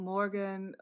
Morgan